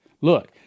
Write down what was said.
Look